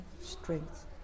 strength